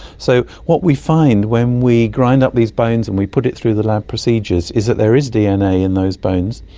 so what we find when we grind up these bones and we put it through the lab procedures is that there is dna in those bones,